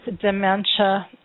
Dementia